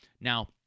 Now